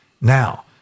Now